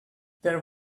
there